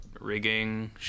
rigging